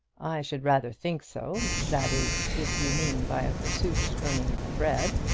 i should rather think so that is, if you mean, by a pursuit, earning my bread.